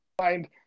find